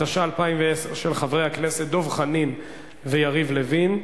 התש"ע 2010, של חברי הכנסת דב חנין ויריב לוין.